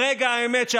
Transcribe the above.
ברגע האמת,